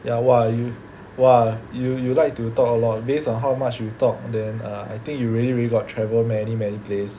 ya !wah! you !wah! you you like to talk a lot based on how much you talk then err I think you really really got travel many many place